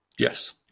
Yes